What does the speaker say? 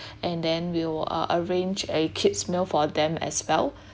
and then will uh arrange a kid's meal for them as well